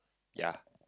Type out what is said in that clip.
ya